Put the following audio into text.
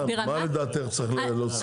מה לדעתך צריך להוסיף?